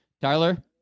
Tyler